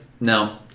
no